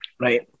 Right